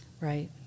Right